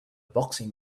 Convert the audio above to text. boxing